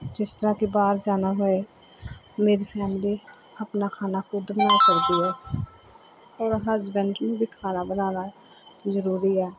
ਜਿਸ ਤਰ੍ਹਾਂ ਕਿ ਬਾਹਰ ਜਾਣਾ ਹੋਏ ਮੇਰੀ ਫੈਮਿਲੀ ਆਪਣਾ ਖਾਣਾ ਖੁਦ ਬਣਾ ਸਕਦੀ ਹੈ ਔਰ ਹਸਬੈਂਡ ਨੂੰ ਵੀ ਖਾਣਾ ਬਣਾਉਣਾ ਜ਼ਰੂਰੀ ਹੈ